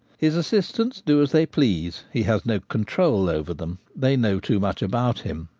his assistants do as they please. he has no control over them they know too much about him.